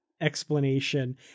explanation